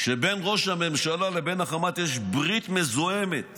שבין ראש הממשלה לבין החמאס יש ברית מזוהמת.